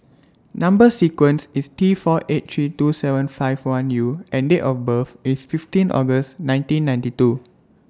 Number sequence IS T four eight three two seven five one U and Date of birth IS fifteen August nineteen ninety two